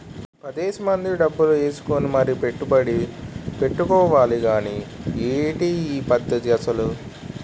పదేసి మంది డబ్బులు ఏసుకుని మరీ పెట్టుబడి ఎట్టుకోవాలి గానీ ఏటి ఈ పద్దతి అసలు?